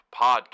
Podcast